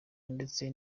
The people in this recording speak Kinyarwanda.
ndetse